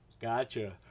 Gotcha